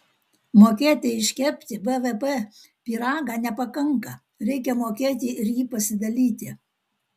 mokėti iškepti bvp pyragą nepakanka reikia mokėti ir jį pasidalyti